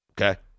okay